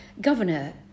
governor